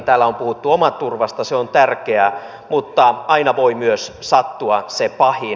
täällä on puhuttu omaturvasta se on tärkeää mutta aina voi myös sattua se pahin